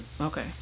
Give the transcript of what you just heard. Okay